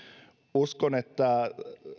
uskon että